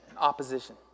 opposition